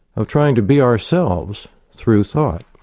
or trying to be ourselves through thought.